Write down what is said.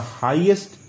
highest